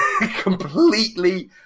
Completely